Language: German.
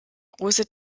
große